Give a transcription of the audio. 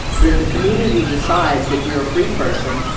but if the community decides that you're a free person,